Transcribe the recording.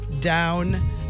down